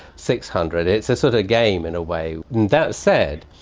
six hundred. it's a sort of game, in a way. and that said,